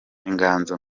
inganzo